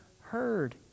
heard